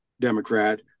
Democrat